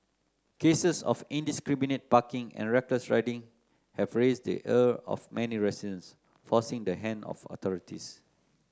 cases of indiscriminate parking and reckless riding have raised the ire of many residents forcing the hand of authorities